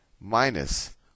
Minus